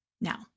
Now